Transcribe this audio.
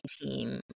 team